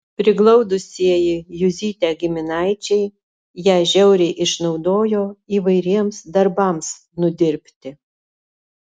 priglaudusieji juzytę giminaičiai ją žiauriai išnaudojo įvairiems darbams nudirbti